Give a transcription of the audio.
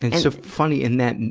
so funny, in that,